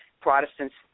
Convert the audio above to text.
Protestants